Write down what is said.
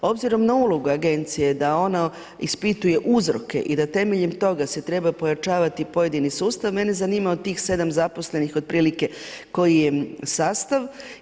Obzirom na ulogu agencije da ona ispituje uzroke i da temeljem toga se treba pojačavati pojedini sustav, mene zanima od tih 7 zaposlenih otprilike koji je sastav.